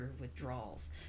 withdrawals